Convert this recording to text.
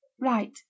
Right